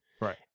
Right